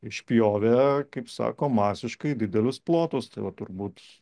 išpjovė kaip sako masiškai didelius plotus tai va turbūt